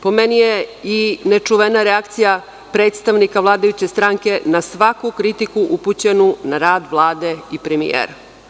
Po meni je nečuvena reakcija predstavnika vladajuće stranke na svaku kritiku upućenu na rad Vlade i premijera.